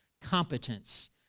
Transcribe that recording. competence